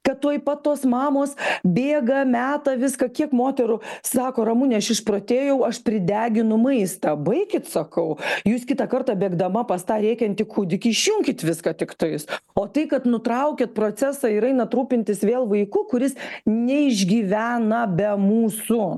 kad tuoj pat tos mamos bėga meta viską kiek moterų sako ramune aš išprotėjau aš prideginu maistą baikit sakau jūs kitą kartą bėgdama pas tą rėkiantį kūdikį išjunkit viską tiktais o tai kad nutraukiat procesą ir einat rūpintis vėl vaiku kuris neišgyvena be mūsų